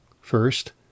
First